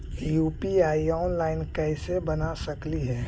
UPI online कैसे बना सकली हे?